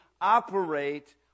operate